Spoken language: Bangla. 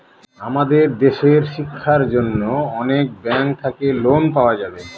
আমাদের দেশের শিক্ষার জন্য অনেক ব্যাঙ্ক থাকে লোন পাওয়া যাবে